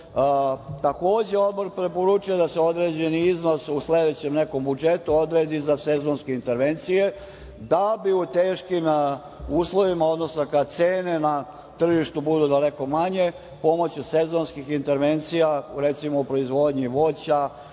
objekte. Takođe, Odbor preporučuje da se određeni iznos u sledećem nekom budžetu odredi za sezonske intervencije da bi u teškim uslovima, odnosno kada cene na tržištu budu daleko manje, pomoću sezonskih intervencija, recimo, u proizvodnji voća,